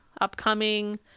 upcoming